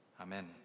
Amen